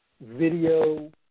video